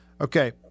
Okay